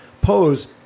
pose